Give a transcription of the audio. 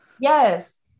Yes